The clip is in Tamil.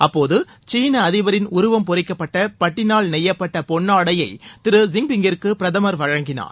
அப்போது சீன அதிபரின் உருவம் பொரிக்கப்பட்ட பட்டினால் நெய்யப்பட்ட பொன்னாடையை திரு ஜின்பிங்கிற்கு பிரதமர் வழங்கினார்